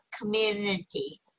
community